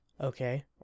okay